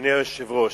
אדוני היושב-ראש,